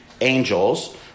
angels